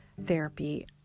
therapy